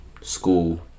school